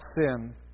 sin